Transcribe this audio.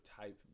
type